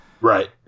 Right